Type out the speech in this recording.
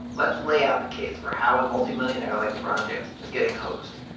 let's lay out the case for how a multimillionaire like lebron james is getting hosed.